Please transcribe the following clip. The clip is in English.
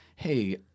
hey